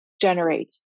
Generate